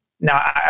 now